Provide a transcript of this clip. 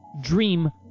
dream